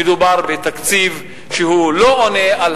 אני חושב שמדובר בתקציב שלא עונה על